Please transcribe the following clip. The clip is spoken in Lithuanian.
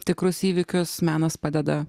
tikrus įvykius menas padeda